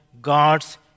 God's